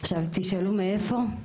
תשאלו מאיפה?